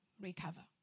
recover